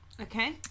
Okay